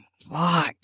fuck